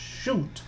Shoot